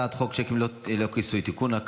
הצעת חוק שיקים ללא כיסוי (תיקון,